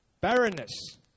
barrenness